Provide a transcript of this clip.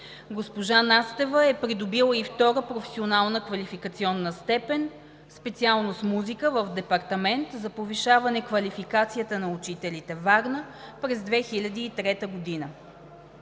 Госпожа Настева е придобила и втора професионална квалификационна степен по специалност „Музика“ в Департамент за повишаване на квалификацията на учителите във Варна през 2003 г.